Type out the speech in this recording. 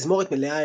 תזמורת מלאה,